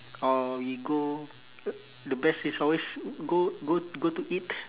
or we go o~ the best is always go go go to eat